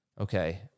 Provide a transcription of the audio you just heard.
Okay